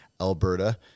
Alberta